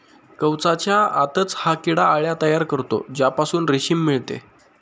कवचाच्या आतच हा किडा अळ्या तयार करतो ज्यापासून रेशीम मिळते